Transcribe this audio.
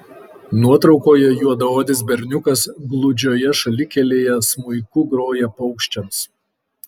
nuotraukoje juodaodis berniukas gludžioje šalikelėje smuiku groja paukščiams